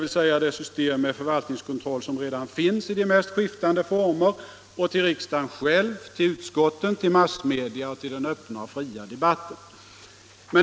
Onsdagen den det system med förvaltningskontroll som redan finns i de mest skiftande — 19 november 1975 former, och till riksdagen själv, till utskotten, till massmedia och öppen debatt.